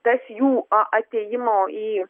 tas jų a atėjimo į